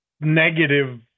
negative